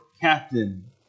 captain